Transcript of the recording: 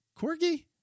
Corgi